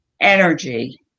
energy